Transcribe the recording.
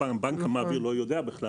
הבנק המעביר לא יודע,